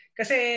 kasi